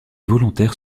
volontaires